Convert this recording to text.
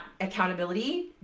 accountability